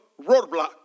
roadblock